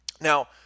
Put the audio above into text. Now